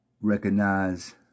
recognize